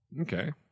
Okay